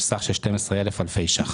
סך של 2,500 אלפי ש״ח.